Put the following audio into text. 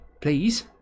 please